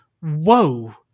Whoa